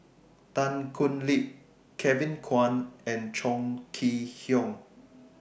Tan Thoon Lip Kevin Kwan and Chong Kee Hiong